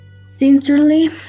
Sincerely